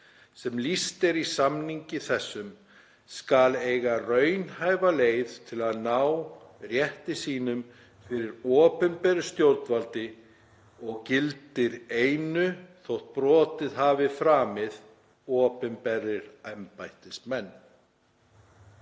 sem lýst er í samningi þessum, skal eiga raunhæfa leið til að ná rétti sínum fyrir opinberu stjórnvaldi, og gildir einu þótt brotið hafi framið opinberir embættismenn.“